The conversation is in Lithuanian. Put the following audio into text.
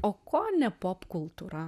o ko ne popkultūra